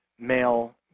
male